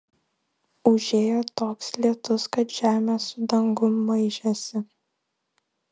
užėjo toks lietus kad žemė su dangum maišėsi